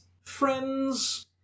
Friends